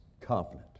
confident